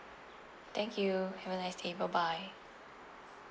thank you have a nice day bye bye